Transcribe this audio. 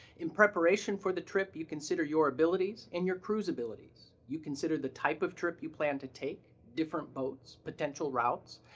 in preparation for the trip you consider your abilities and your crew's abilities. you consider the type of trip you plan to take, different boats, potential routes,